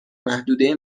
محدوده